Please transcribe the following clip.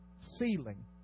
ceiling